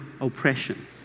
oppression